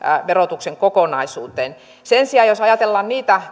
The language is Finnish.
verotuksen kokonaisuuteen sen sijaan jos ajatellaan niitä